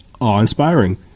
awe-inspiring